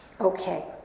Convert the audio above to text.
Okay